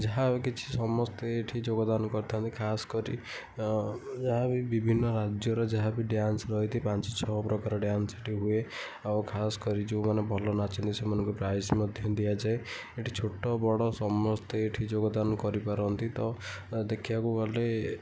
ଯାହାକିଛି ସମସ୍ତେ ଏଇଠି ଯୋଗଦାନ କରିଥାନ୍ତି ଖାସ୍କରି ଯାହାବି ବିଭିନ୍ନ ରାଜ୍ୟର ଯାହାବି ଡ୍ୟାନ୍ସ ରହିଛି ପାଞ୍ଚ ଛଅ ପ୍ରକାର ଡ୍ୟାନ୍ସ ସେଠି ହୁଏ ଆଉ ଖାସ୍କରି ଯୋଉମାନେ ଭଲ ନାଚନ୍ତି ସେମାନଙ୍କୁ ପ୍ରାଇଜ୍ ମଧ୍ୟ ଦିଆଯାଏ ଏଠି ଛୋଟ ବଡ଼ ସମସ୍ତେ ଏଠି ଯୋଗଦାନ କରିପାରନ୍ତି ତ ଦେଖିବାକୁ ଗଲେ